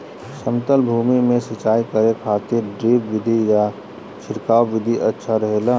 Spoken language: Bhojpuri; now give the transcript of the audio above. समतल भूमि में सिंचाई करे खातिर ड्रिप विधि या छिड़काव विधि अच्छा रहेला?